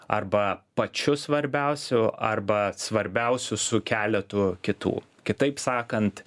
arba pačiu svarbiausiu arba svarbiausiu su keletu kitų kitaip sakant